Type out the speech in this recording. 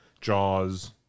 Jaws